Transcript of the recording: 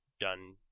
done